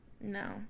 No